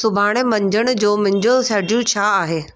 सुभाणे मंझंदि जो मुंहिंजो शड्यूल छा आहे